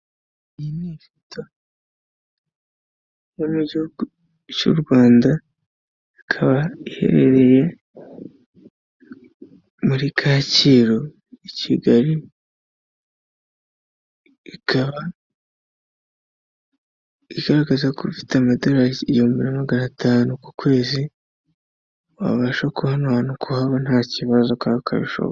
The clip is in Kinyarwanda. Iyi ni ifoto yo mu gihugu cy'u Rwanda, ikaba iherereye muri Kacyiru, i Kigal, ikaba igaragaza ko ufite amadolari igihumbi n'amagana atanu ku kwezi, wabasha ku ba hano hantu ntakibazo kandi ukabishobora .